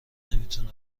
نمیتونه